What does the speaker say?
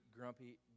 grumpy